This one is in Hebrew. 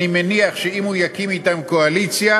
אני מניח שאם הוא יקים אתם קואליציה,